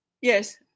Yes